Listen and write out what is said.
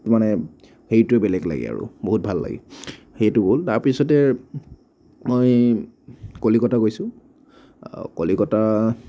মানে হেৰিটোৱে বেলেগ লাগে আৰু বহুত ভাল লাগে সেইটো গ'ল তাৰপিছতে মই কলিকতা গৈছোঁ কলিকতা